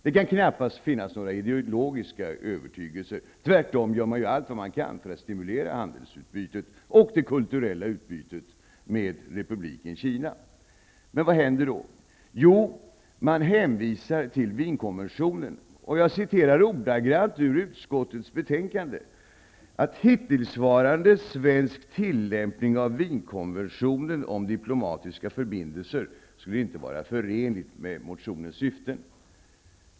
Det kan knappast finnas några ideologiska övertygelser. Tvärtom gör man nu allt vad man kan för att stimulera handelsutbyte och kulturellt utbyte med Vad händer då? Jo, man hänvisar till Wienkonventionen. Jag citerar ordagrant ur utrikesutskottets betänkande, där utskottet konstaterar ''att hittillsvarande svensk tillämpning av Wienkonventionen om diplomatiska förbindelser inte är förenlig med motionärens förslag''.